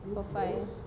four five